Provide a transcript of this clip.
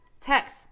text